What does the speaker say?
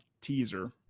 teaser